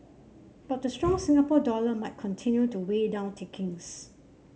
but the strong Singapore dollar might continue to weigh down takings